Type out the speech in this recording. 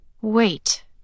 Wait